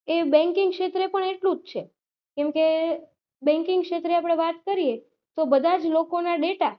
એ banking ક્ષેત્રે પણ એટલું જ છે કેમકે બૅન્કિંગ ક્ષેત્રે આપણે વાત કરીએ તો બધા જ લોકોના ડેટા